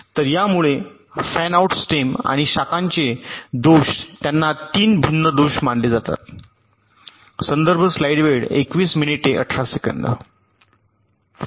तर यामुळे fanout stem आणि शाखांचे दोष त्यांना 3 भिन्न दोष मानले जातात